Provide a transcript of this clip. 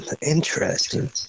Interesting